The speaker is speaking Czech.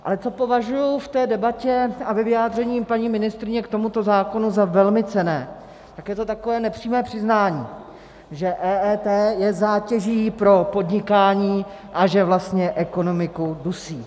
Ale co považuji v té debatě a ve vyjádření paní ministryně k tomuto zákonu za velmi cenné, tak je to takové nepřímé přiznání, že EET je zátěží pro podnikání a že vlastně ekonomiku dusí.